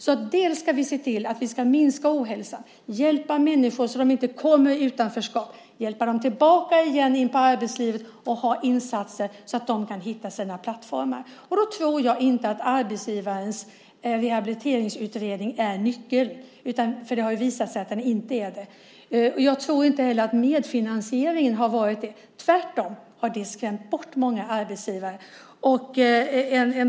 Vi ska se till att minska ohälsan, hjälpa människor så att de inte kommer i utanförskap, hjälpa dem tillbaka till arbetslivet och ha insatser så att de kan hitta sina plattformar. Jag tror inte att arbetsgivarens rehabiliteringsutredning är nyckeln. Det har ju visat sig att den inte är det. Jag tror inte att medfinansieringen heller har varit det. Den har tvärtom skrämt bort många arbetsgivare.